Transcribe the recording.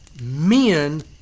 men